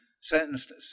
sentenced